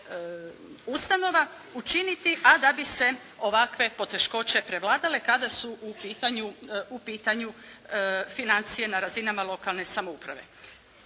ustanova učiniti a da bi se ovakve poteškoće prevladale kada su u pitanju financije na razinama lokalne samouprave.